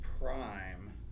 Prime